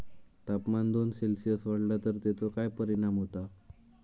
तापमान दोन सेल्सिअस वाढला तर तेचो काय परिणाम होता?